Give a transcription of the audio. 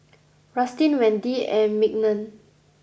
Rustin Wendy and Mignon